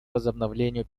возобновлению